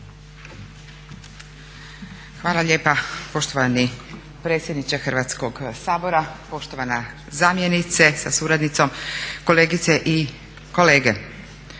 Hvala lijepa poštovani predsjedniče Hrvatskog sabora, poštovana zamjenice sa suradnicom, kolegice i kolege.